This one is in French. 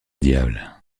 diable